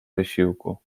wysiłku